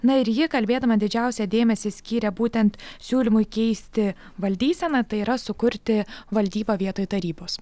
na ir ji kalbėdama didžiausią dėmesį skyrė būtent siūlymui keisti valdyseną tai yra sukurti valdybą vietoj tarybos